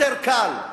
יותר קל.